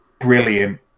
brilliant